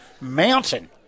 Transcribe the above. mountain